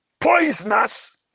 poisonous